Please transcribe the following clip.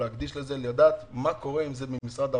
להקדיש לזה, לדעת מה קורה עם זה במשרד האוצר.